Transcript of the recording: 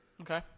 Okay